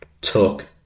took